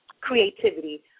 creativity